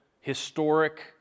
historic